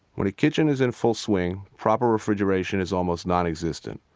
when a kitchen is in full swing, proper refrigeration is almost nonexistent,